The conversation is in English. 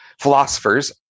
philosophers